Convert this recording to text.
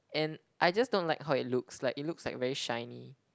and I just don't like how it looks like it looks like very shiny